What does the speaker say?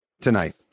tonight